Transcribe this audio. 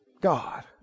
God